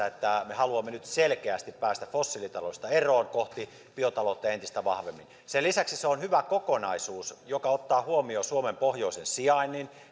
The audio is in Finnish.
että me haluamme nyt selkeästi päästä fossiilitaloudesta eroon kohti biotaloutta entistä vahvemmin sen lisäksi se on hyvä kokonaisuus joka ottaa huomioon suomen pohjoisen sijainnin